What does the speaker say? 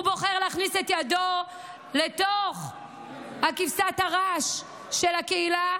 הוא בוחר להכניס את ידו לתוך כבשת הרש של הקהילה,